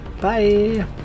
bye